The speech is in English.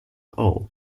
all